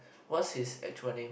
what's his actual name